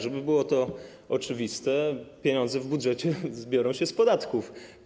Żeby to było oczywiste: pieniądze w budżecie biorą się z podatków.